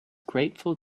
grateful